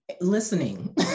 Listening